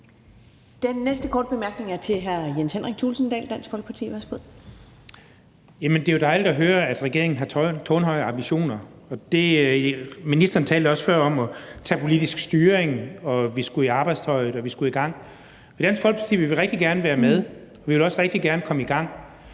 Den næste korte bemærkning er til hr. Jens Henrik Thulesen Dahl, Dansk Folkeparti. Værsgo. Kl. 22:11 Jens Henrik Thulesen Dahl (DF): Det er jo dejligt at høre, at regeringen har tårnhøje ambitioner, og ministeren talte også før om at tage politisk styring, og at vi skulle i arbejdstøjet, og at vi skulle i gang. I Dansk Folkeparti vil vi rigtig gerne være med, og vi vil også rigtig gerne komme i gang,